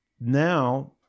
Now